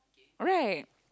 alright